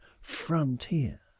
frontier